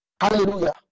hallelujah